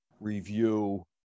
review